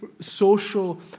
social